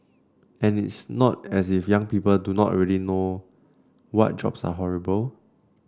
and it's not as if young people do not already know what jobs are horrible